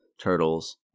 turtles